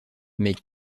mais